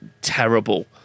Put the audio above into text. terrible